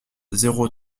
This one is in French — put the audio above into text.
zéro